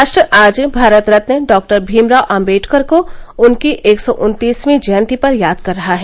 राष्ट्र आज भारत रत्न डॉक्टर भीमराव आम्बेडकर को उनकी एक सौ उन्तीसवीं जयंती पर याद कर रहा है